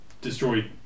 destroy